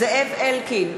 זאב אלקין,